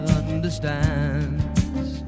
understands